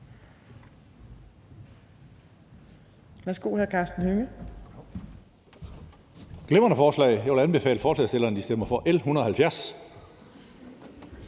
Værsgo, hr. Karsten Hønge.